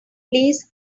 please